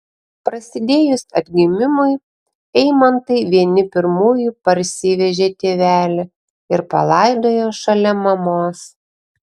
prasidėjus atgimimui eimantai vieni pirmųjų parsivežė tėvelį ir palaidojo šalia mamos